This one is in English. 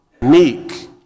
meek